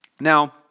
Now